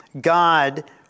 God